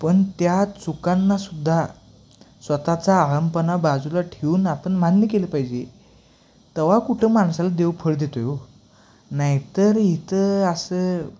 पण त्या चुकांना सुद्धा स्वतःचा अहंपणा बाजूला ठेवून आपण मान्य केलं पाहिजे तेव्हा कुठं माणसाला देव फळ देतो आहे हो नाहीतर इथं असं